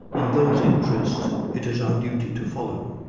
and those interests it is out duty to follow'.